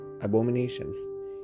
abominations